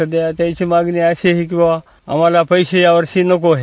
सद्या त्यांची मागणी अशी आहे की आम्हाला पैसे या वर्षी नको आहे